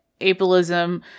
ableism